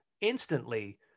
instantly